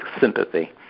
sympathy